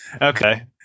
Okay